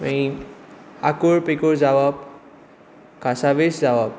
मागीर आकुळ पिकुळ जावप कासाविस जावप